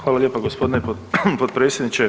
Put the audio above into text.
Hvala lijepa, g. potpredsjedniče.